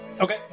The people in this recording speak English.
okay